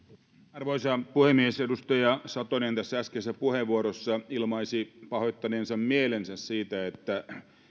arvoisa puhemies edustaja satonen äskeisessä puheenvuorossaan ilmaisi pahoittaneensa mielensä siitä että